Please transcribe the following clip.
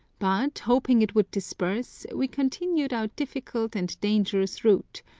but, hoping it would disperse, we continued our difficult and dangerous route,